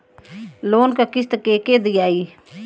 Loan क किस्त के के दियाई?